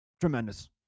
Tremendous